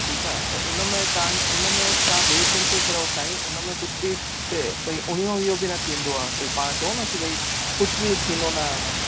ठीकु आहे त उन में तव्हांजे उन में तव्हां बेचिंतित रहो साईं उनमें कुझु बि भई उणिवीहों वीहों बि न थींदो आहे भई पाण चऊं न की भई कुझु बि थींदो न आहे उनमें